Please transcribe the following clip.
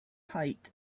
height